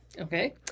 Okay